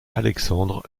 alexandre